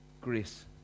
Grace